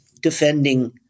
defending